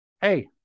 hey